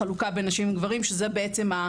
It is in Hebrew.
חלוקה בין נשים גברים שזה בעצם מה